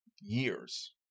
years